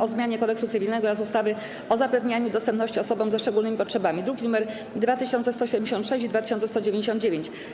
o zmianie Kodeksu cywilnego oraz ustawy o zapewnianiu dostępności osobom ze szczególnymi potrzebami (druki nr 2176 i 2199)